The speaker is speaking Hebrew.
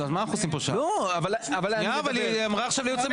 היועצת המשפטית אמרה עכשיו.